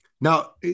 Now